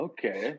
Okay